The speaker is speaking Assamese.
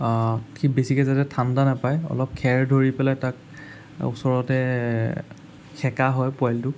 সি বেছিকে যাতে ঠাণ্ডা নাপায় অলপ খেৰ ধৰি পেলাই তাক ওচৰতে সেকা হয় পোৱালিটোক